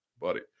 Buddy